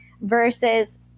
versus